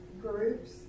groups